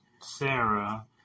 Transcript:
Sarah